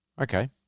Okay